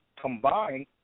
combined